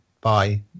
bye